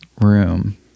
room